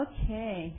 Okay